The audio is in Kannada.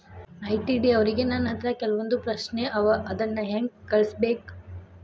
ಐ.ಟಿ.ಡಿ ಅವ್ರಿಗೆ ನನ್ ಹತ್ರ ಕೆಲ್ವೊಂದ್ ಪ್ರಶ್ನೆ ಅವ ಅದನ್ನ ಹೆಂಗ್ ಕಳ್ಸ್ಬೇಕ್?